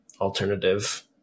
alternative